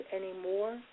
anymore